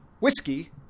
whiskey